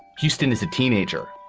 houston is a teenager.